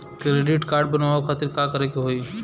Credit card बनवावे खातिर का करे के होई?